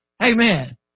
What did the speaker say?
Amen